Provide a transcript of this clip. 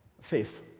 Faith